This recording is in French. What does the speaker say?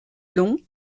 long